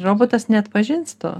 robotas neatpažins to